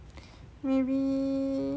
maybe